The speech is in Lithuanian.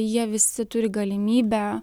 jie visi turi galimybę